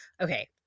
Okay